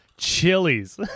Chilies